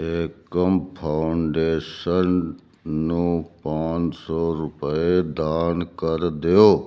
Ekam foundation ਨੂੰ ਪੰਜ ਸੌ ਰੁਪਏ ਦਾਨ ਕਰ ਦਿਓ